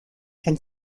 and